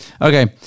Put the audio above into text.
Okay